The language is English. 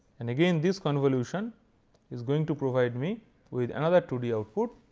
and again this convolution is going to provide me with another two d output,